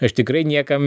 aš tikrai niekam